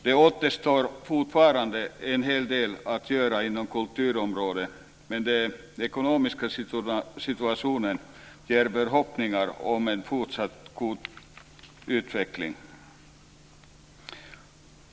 Fortfarande återstår en hel del att göra inom kulturområdet men den ekonomiska situationen ger hopp om en fortsatt god utveckling.